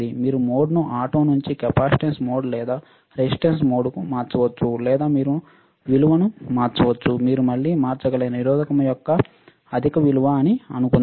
మీరు మోడ్ను ఆటో నుండి కెపాసిటెన్స్ మోడ్ లేదా రెసిస్టెన్స్ మోడ్కు మార్చవచ్చు లేదా మీరు విలువను మార్చవచ్చు మీరు మళ్ళీ మార్చగల నిరోధకం మోడ్ యొక్క అధిక విలువ అని అనుకుందాం